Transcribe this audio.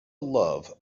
love